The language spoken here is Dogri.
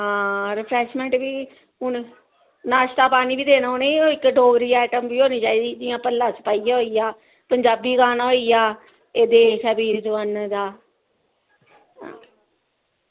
हां रिफ्रैशमेंट बी हून नाश्ता पानी बी देना उ'नेंगी ओह् इक डोगरी आइटम होनी चाहिदी जियां भला सपाइया होई गेआ पंजाबी गाना होई गेआ एह् देस ऐ वीर जवानें का